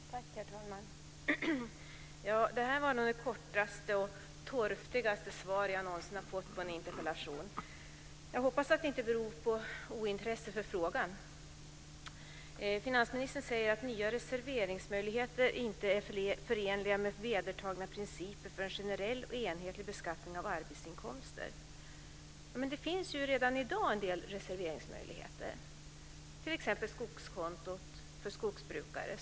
Herr talman! Det här var det kortaste och torftigaste svar jag har fått på en interpellation. Jag hoppas att det inte beror på ointresse för frågan. Finansministern säger att nya reserveringsmöjligheter inte är förenliga med vedertagna principer för en generell och enhetlig beskattning av arbetsinkomster. Men det finns redan i dag en del reserveringsmöjligheter, t.ex. skogskontot för skogsbrukare.